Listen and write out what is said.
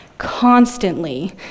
constantly